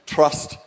trust